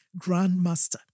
grandmaster